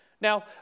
Now